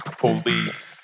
police